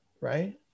right